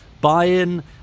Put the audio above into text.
buy-in